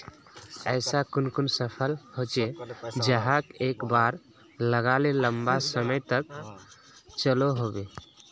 ऐसा कुन कुन फसल होचे जहाक एक बार लगाले लंबा समय तक चलो होबे?